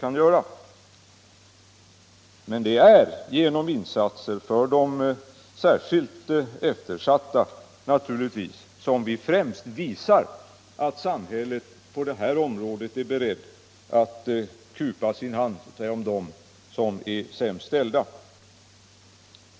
Det är naturligtvis genom insatser för de särskilt eftersatta som vi främst visar att samhället på det här området är berett att kupa sin hand om dem som är sämst ställda.